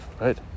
right